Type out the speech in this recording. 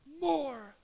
more